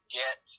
get